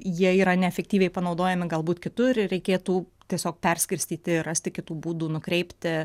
jie yra neefektyviai panaudojami galbūt kitur ir reikėtų tiesiog perskirstyti rasti kitų būdų nukreipti